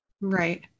right